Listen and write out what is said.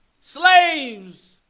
Slaves